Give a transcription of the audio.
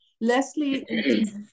Leslie